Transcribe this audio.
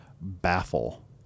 Baffle